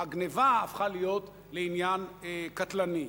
הגנבה הפכה להיות עניין קטלני.